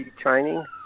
training